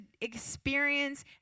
experience